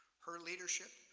her leadership,